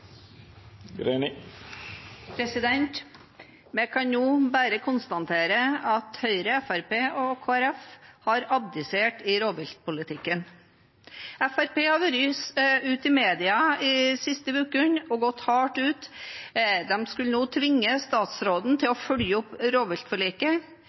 Vi kan nå bare konstatere at Høyre, Fremskrittspartiet og Kristelig Folkeparti har abdisert i rovviltpolitikken. Fremskrittspartiet har gått hardt ut i mediene de siste ukene. De skulle nå tvinge statsråden til